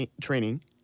training